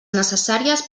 necessàries